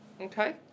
Okay